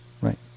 right